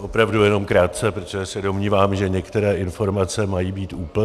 Opravdu jenom krátce, protože se domnívám, že některé informace mají být úplné.